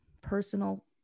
personal